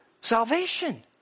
salvation